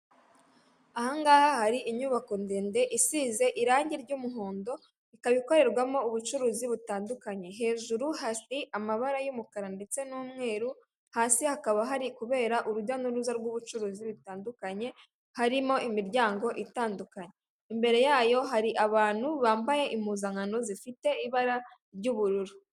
Ahangaha hari inyubako ndende isize irangi ry'umuhondo ikaba ikorerwamo ubucuruzi butandukanye, hejuru hasi amabara y'umukara ndetse n'umweru hasi hakaba hari kubera urujya n'uruza rw'ubucuruzi butandukanye harimo imiryango itandukanye. Imbere yayo hari abantu bambaye impuzankano zifite ibara ry'ubururu.